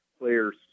players